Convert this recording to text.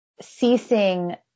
ceasing